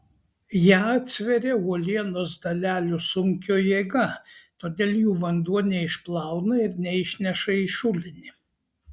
ją atsveria uolienos dalelių sunkio jėga todėl jų vanduo neišplauna ir neišneša į šulinį